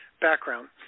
background